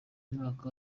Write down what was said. mwaka